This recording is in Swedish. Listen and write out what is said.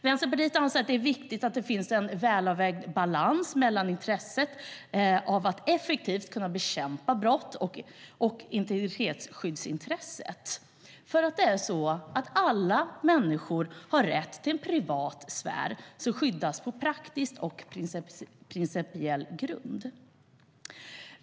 Vänsterpartiet anser att det är viktigt att det finns en välavvägd balans mellan intresset av att effektivt kunna bekämpa brott och integritetsskyddsintresset. Alla människor har rätt till en privat sfär som skyddas på praktisk och principiell grund.